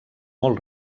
molt